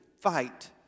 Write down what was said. fight